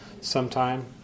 sometime